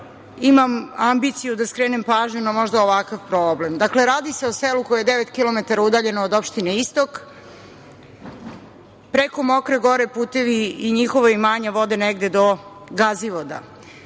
imam ambiciju da skrenem pažnju na možda ovakav problem. Dakle, radi se o selu koje je devet kilometara udaljeno od opštine Istok, preko Mokre Gore putevi i njihova imanja vode negde do